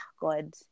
God